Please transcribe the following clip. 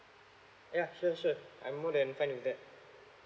yeah sure sure I'm more than fine with that